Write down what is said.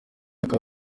akaba